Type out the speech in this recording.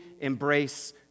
embrace